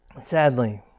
Sadly